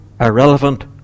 irrelevant